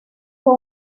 fue